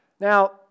Now